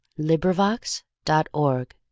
LibriVox.org